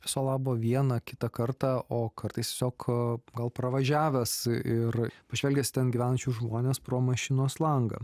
viso labo vieną kitą kartą o kartais tiesiog gal pravažiavęs ir pažvelgęs į ten gyvenančius žmones pro mašinos langą